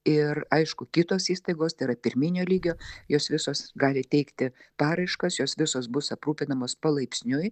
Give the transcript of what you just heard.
ir aišku kitos įstaigos tai yra pirminio lygio jos visos gali teikti paraiškas jos visos bus aprūpinamos palaipsniui